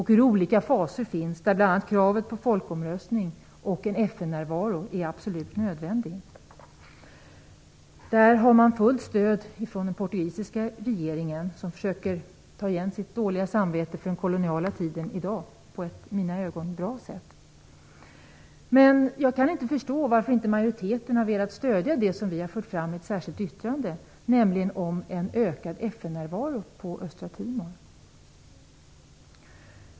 Det finns olika faser i detta, bl.a. kravet på en folkomröstning och att en FN-närvaro är absolut nödvändig. Man har fullt stöd från den portugisiska regeringen som i dag försöker att döva sitt dåliga samvete från den koloniala tiden på ett i mina ögon bra sätt. Jag kan inte förstå varför inte majoriteten har velat stödja det som vi har fört fram i ett särskilt yttrande om en ökad FN-närvaro på Östra Timor.